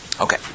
Okay